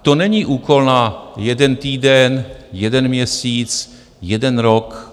To není úkol na jeden týden, jeden měsíc, jeden rok.